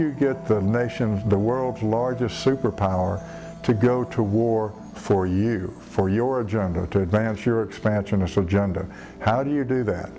you get the nation the world's largest superpower to go to war for you for your agenda to advance your expansionist or gender how do you do that